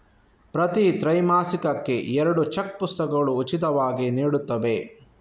ಪ್ರತಿ ತ್ರೈಮಾಸಿಕಕ್ಕೆ ಎರಡು ಚೆಕ್ ಪುಸ್ತಕಗಳು ಉಚಿತವಾಗಿ ನೀಡುತ್ತವೆ